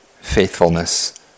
faithfulness